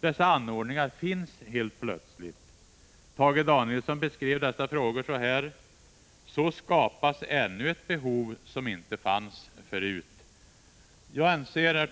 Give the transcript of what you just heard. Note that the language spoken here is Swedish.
Dessa anordningar finns helt plötsligt! Tage Danielsson beskrev dessa frågor så här: ”Så skapas ännu ett behov som inte fanns förut.” Herr talman!